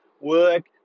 Work